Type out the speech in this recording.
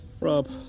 Rob